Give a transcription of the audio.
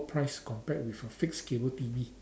price compared with a fixed cable T_V